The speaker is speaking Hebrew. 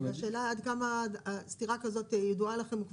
השאלה עד כמה סתירה כזאת כבר ידועה לכם,